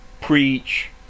preach